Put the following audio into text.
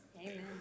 Amen